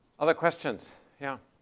other questions? yeah?